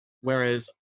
Whereas